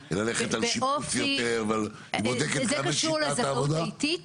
האם ללכת על שיפוץ, בודקת את שיטת העבודה.